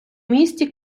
місті